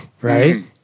Right